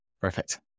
Perfect